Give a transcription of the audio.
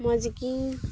ᱢᱚᱡᱽᱜᱮ